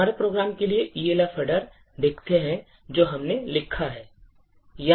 हमारे प्रोग्राम के लिए Elf Header देखते हैं जो हमने लिखा है